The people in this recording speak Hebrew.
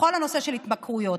לכל הנושא של התמכרויות.